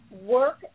work